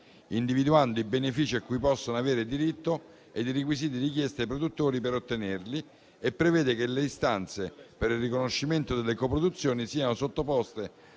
individuando i benefici a cui possono avere diritto ed i requisiti richiesti ai produttori per ottenerli e prevede che le istanze per il riconoscimento delle coproduzioni siano sottoposte